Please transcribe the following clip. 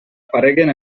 apareguen